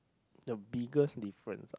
the biggest difference